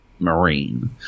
Marine